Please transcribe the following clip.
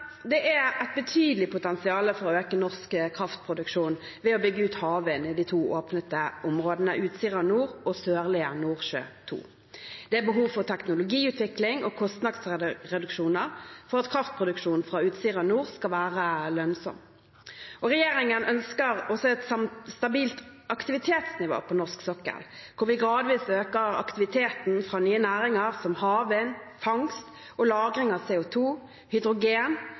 Det er et betydelig potensial for å øke norsk kraftproduksjon ved å bygge ut havvind i de to åpnede områdene, Utsira Nord og Sørlige Nordsjø II. Det er behov for teknologiutvikling og kostnadsreduksjoner for at kraftproduksjonen fra Utsira Nord skal være lønnsom. Regjeringen ønsker et stabilt aktivitetsnivå på norsk sokkel, hvor vi gradvis øker aktiviteten fra nye næringer som havvind, fangst og lagring av CO 2 , hydrogen,